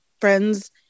friends